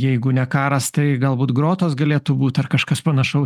jeigu ne karas tai galbūt grotos galėtų būt ar kažkas panašaus